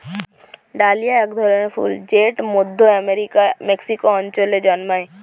dahlia এক ধরনের ফুল জেট মধ্য আমেরিকার মেক্সিকো অঞ্চলে জন্মায়